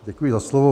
Děkuji za slovo.